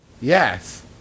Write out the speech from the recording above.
Yes